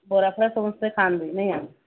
ବରା ଫରା ସମସ୍ତେ ଖାଆନ୍ତି ନାହିଁ